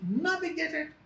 navigated